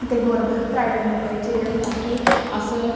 ते गौरमैं प्राइवेट नौकरी च एह् होंदा कि अस